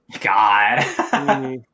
God